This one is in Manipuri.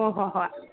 ꯍꯣ ꯍꯣ ꯍꯣꯏ